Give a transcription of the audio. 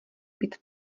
být